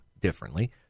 differently